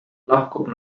lahkub